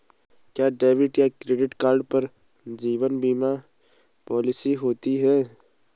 क्या डेबिट या credit card पर जीवन बीमा पॉलिसी होती है?